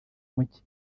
muke